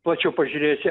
plačiau pažiūrėsi